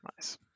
Nice